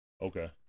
Okay